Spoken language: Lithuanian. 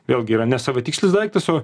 vėlgi yra ne savitikslis daiktas o